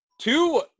Two